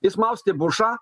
jis maustė bušą